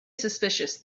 suspicious